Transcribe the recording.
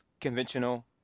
conventional